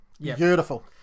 Beautiful